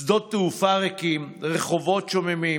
שדות תעופה ריקים, רחובות שוממים,